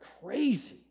crazy